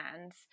hands